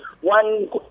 One